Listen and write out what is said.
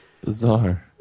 bizarre